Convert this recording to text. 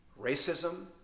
racism